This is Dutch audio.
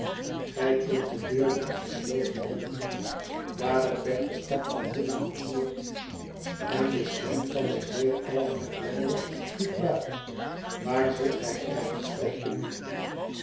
gij kunt de deur niet gesloten hebben i daarop werd de stap van binnen gehoord en de stem van den heer alfred lammie riep luid waar zit gij ergens